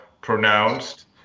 pronounced